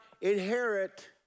inherit